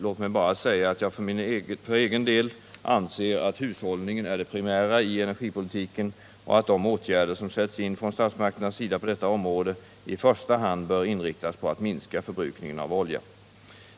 Låt mig bara säga att jag för egen del anser att hushållningen är det primära i energipolitiken och att de åtgärder som sätts in från statsmakternas sida på detta område i första hand bör inriktas på att minska förbrukningen av olja.